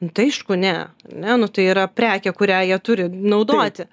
nu tai aišku ne ar ne nu tai yra prekė kurią jie turi naudoti